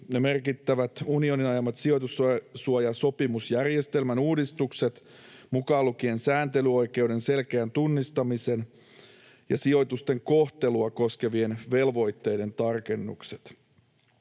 merkittävät unionin ajamat sijoitussuojasopimusjärjestelmän uudistukset, mukaan lukien sääntelyoikeuden selkeän tunnustamisen ja sijoitusten kohtelua koskevien velvoitteiden tarkennukset.